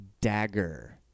dagger